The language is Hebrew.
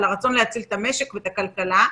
על הרצון להציל את המשק ואת הכלכלה,